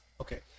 okay